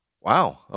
Wow